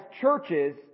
churches